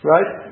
Right